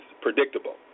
predictable